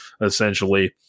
essentially